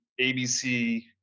abc